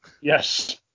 Yes